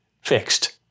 fixed